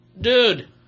Dude